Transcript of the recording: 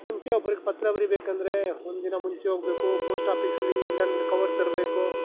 ಮುಂಚೆ ಒಬ್ಬರಿಗೆ ಪತ್ರ ಬರಿಬೇಕಂದ್ರೆ ಒಂದಿನ ಮುಂಚೆ ಹೋಗಬೇಕು ಪೋಸ್ಟ್ ಆಫೀಸಲ್ಲಿ ಇನ್ಲ್ಯಾಂಡ್ ಕವರ್ ತರಬೇಕು